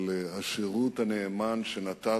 על השירות הנאמן שנתת,